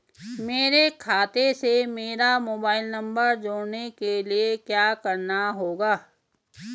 मेरे खाते से मेरा मोबाइल नम्बर जोड़ने के लिये क्या करना होगा?